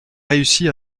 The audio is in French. réussi